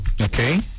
Okay